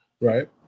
right